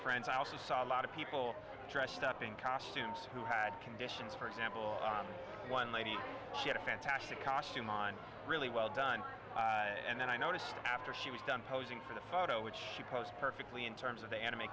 friends i also saw a lot of people dressed up in costumes who had conditions for example one lady she had a fantastic costume on really well done and then i noticed after she was done posing for the photo which she posed perfectly in terms of the enemy